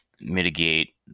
mitigate